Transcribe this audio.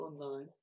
online